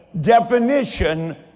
definition